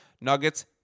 Nuggets